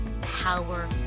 power